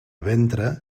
ventre